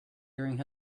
during